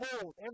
hold